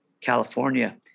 California